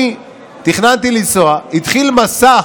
אני תכננתי לנסוע, והתחיל מסע,